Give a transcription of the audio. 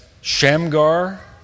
Shamgar